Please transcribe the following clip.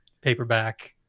paperback